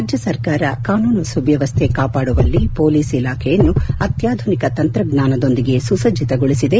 ರಾಜ್ಯ ಸರ್ಕಾರ ಕಾನೂನು ಸುವ್ಕವಸ್ಥ ಕಾಪಾಡುವಲ್ಲಿ ಮೊಲೀಸ್ ಇಲಾಖೆಯನ್ನು ಅತ್ಕಾಧುನಿಕ ತಂತ್ರಜ್ಞಾನದೊಂದಿಗೆ ಸುಸಜ್ಜತಗೊಳಿಸಿದೆ